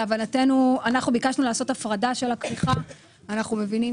אנחנו ביקשנו לעשות הפרדה של הכריכה ואנחנו מבינים